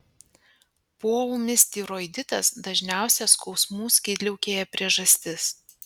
poūmis tiroiditas dažniausia skausmų skydliaukėje priežastis